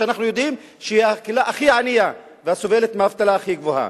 שאנחנו יודעים שהיא הקהילה הכי ענייה והסובלת מאבטלה הכי גבוהה.